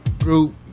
group